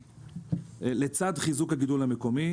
לצד חיזוק הגידול המקומי,